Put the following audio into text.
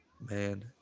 Man